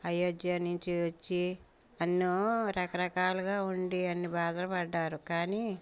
అయోధ్య నుంచి వచ్చి అన్నో రకరకాలుగా ఉండి అన్ని బాధలు పడ్డారు కానీ